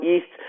East